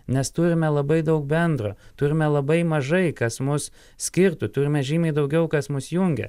nes turime labai daug bendro turime labai mažai kas mus skirtų turime žymiai daugiau kas mus jungia